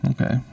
Okay